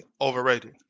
overrated